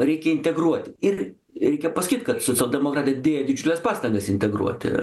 reikia integruoti ir reikia pasakyt kad socialdemokratai dėjo didžiules pastangas integruoti